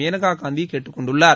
மேனகா காந்தி கேட்டுக் கொண்டுள்ளார்